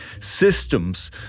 systems